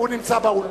הוא נמצא באולפן.